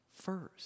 first